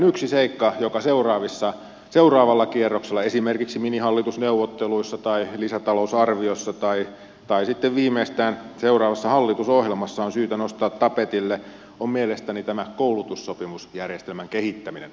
yksi seikka joka seuraavalla kierroksella esimerkiksi minihallitusneuvotteluissa tai lisätalousarviossa tai sitten viimeistään seuraavassa hallitusohjelmassa on syytä nostaa tapetille on mielestäni tämä koulutussopimusjärjestelmän kehittäminen